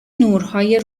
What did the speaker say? نورهای